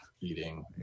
eating